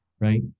right